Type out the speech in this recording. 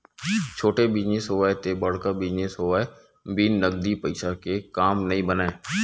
छोटे बिजनेस होवय ते बड़का बिजनेस होवय बिन नगदी पइसा के काम नइ बनय